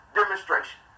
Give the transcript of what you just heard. demonstration